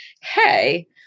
Hey